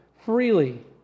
freely